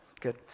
good